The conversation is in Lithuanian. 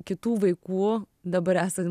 kitų vaikų dabar esa